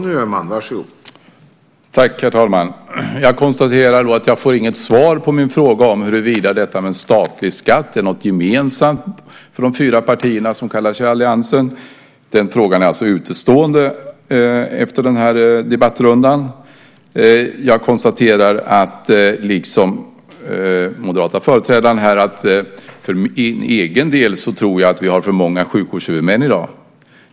Herr talman! Jag konstaterar att jag inte får något svar på min fråga om huruvida detta med en statlig skatt är något gemensamt för de fyra partier som kallar sig alliansen. Den frågan är alltså utestående efter den här debattrundan. Jag konstaterar, liksom den moderata företrädaren här, att för min egen del tror jag att vi har för många sjukvårdshuvudmän i dag.